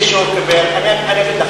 מישהו קיבל פיצויים?